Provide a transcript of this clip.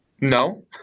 No